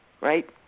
right